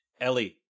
Ellie